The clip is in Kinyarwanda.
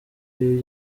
ibi